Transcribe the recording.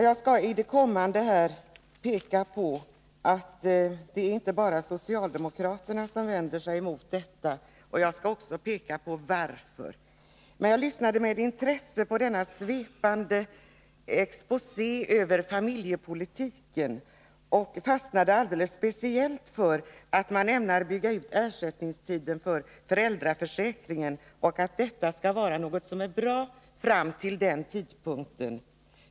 Jag skall i det följande peka på att det inte bara är socialdemokraterna som vänder sig mot detta, och jag skall också förklara varför. Jag lyssnade med intresse på denna svepande exposé över familjepolitiken och fastnade alldeles speciellt för att man ämnar bygga ut ersättningstiden för föräldraförsäkringen och att man menar att detta är bra under den aktuella perioden.